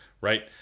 right